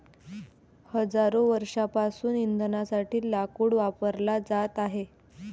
हजारो वर्षांपासून इंधनासाठी लाकूड वापरला जात आहे